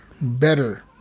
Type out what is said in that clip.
Better